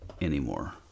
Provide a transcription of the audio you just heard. anymore